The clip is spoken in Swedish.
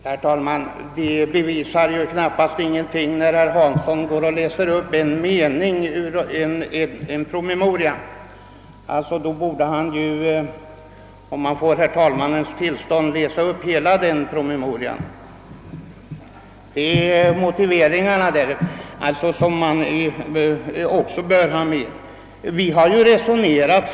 Herr talman! Det bevisar knappast någonting när herr Hansson i Skegrie läser upp en mening ur en promemoria. Om han får herr talmannens tillstånd borde han läsa upp hela promemorian. Motiveringarna i den bör nämligen också vara med.